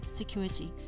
security